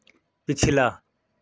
پِچھلا